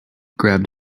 grabbed